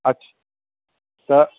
अछा त